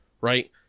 right